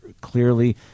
clearly